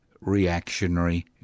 reactionary